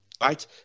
right